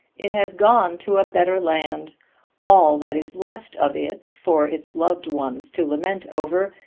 it has gone to a better land all that is left of it for its loved ones to lament over,